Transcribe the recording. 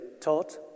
taught